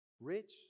Rich